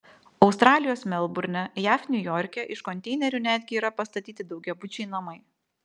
australijos melburne jav niujorke iš konteinerių netgi yra pastatyti daugiabučiai namai